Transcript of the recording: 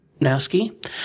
Nowski